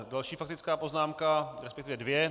Další faktická poznámka, resp. dvě.